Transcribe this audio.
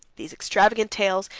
these extravagant tales,